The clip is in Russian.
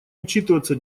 учитываться